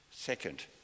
second